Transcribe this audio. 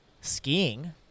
Skiing